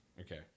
Okay